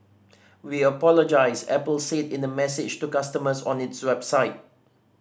we apologise Apple said in a message to customers on its website